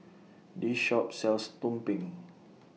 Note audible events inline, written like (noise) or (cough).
This Shop sells Tumpeng (noise)